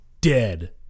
dead